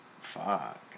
fuck